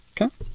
okay